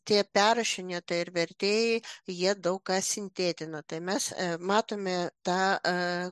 tie perrašinėtojai ir vertėjai jie daug ką sintetino tai mes matome tą